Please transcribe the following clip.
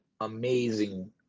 amazing